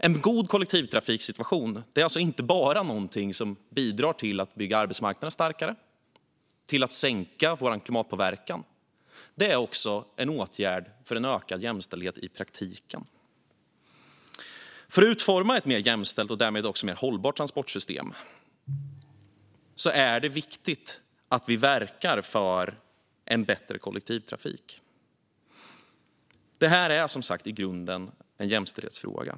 En god kollektivtrafiksituation är inte bara någonting som bidrar till att bygga arbetsmarknaden starkare och minska vår klimatpåverkan. Det är också en åtgärd för en ökad jämställdhet i praktiken. För att utforma ett mer jämställt och därmed mer hållbart transportsystem är det viktigt att vi verkar för en bättre kollektivtrafik. Det är i grunden en jämställdhetsfråga.